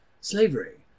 slavery